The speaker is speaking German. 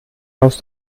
aus